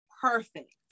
perfect